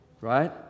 Right